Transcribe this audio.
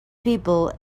people